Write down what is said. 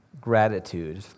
gratitude